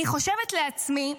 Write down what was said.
אני חושבת לעצמי: